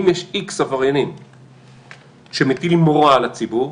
אם יש X עבריינים שמטילים מורא על הציבור,